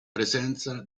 presenza